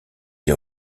des